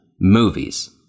movies